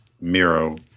Miro